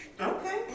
Okay